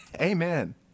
Amen